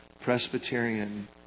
Presbyterian